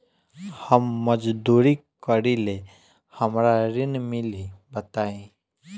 हम मजदूरी करीले हमरा ऋण मिली बताई?